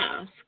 Ask